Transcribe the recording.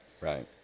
right